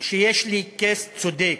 יש לי case צודק.